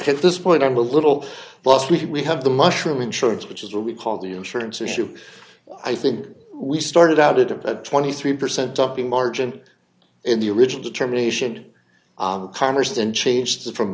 at this point i'm a little lost we have the mushroom insurance which is what we call the insurance issue i think we started out at about twenty three percent topping margin in the original determination of congress then changed it from